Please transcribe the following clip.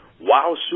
WoW